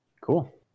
Cool